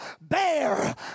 bear